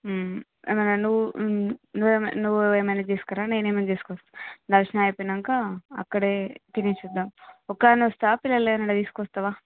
ఏమైనా నువ్వు నువ్వు ఏమైనా నువ్వు ఏమైనా తీసుకురా నేను ఏమైనా తీసుకొస్తా దర్శనం అయిపోయినాక అక్కడే తినేసి వద్దాం ఒక్క దానివే వస్తావా పిల్లల్ని ఎవరినైనా తీసుకొస్తావా